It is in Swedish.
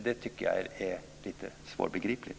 Det tycker jag är lite svårbegripligt.